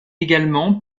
également